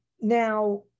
now